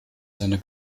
seiner